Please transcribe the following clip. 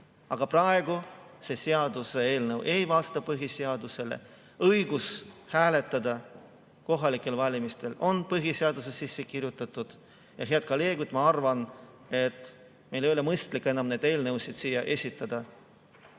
Aga praegu see seaduseelnõu ei vasta põhiseadusele. Õigus hääletada kohalikel valimistel on põhiseadusesse sisse kirjutatud. Head kolleegid, ma arvan, et meil ei ole mõistlik enam neid eelnõusid siia esitada,